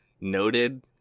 noted